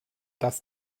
dass